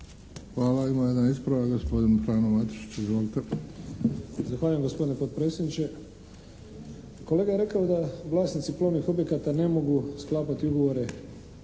Hvala. Ima jedan ispravak. Gospodin Frano Matušić, izvolite. **Matušić, Frano (HDZ)** Zahvaljujem gospodine potpredsjedniče. Kolega je rekao da vlasnici plovnih objekata ne mogu sklapati ugovore